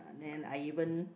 then I even